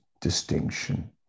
distinction